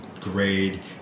Grade